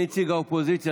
אני נציג האופוזיציה,